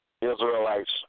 Israelites